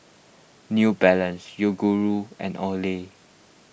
New Balance Yoguru and Olay